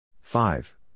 Five